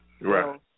Right